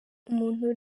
umuntu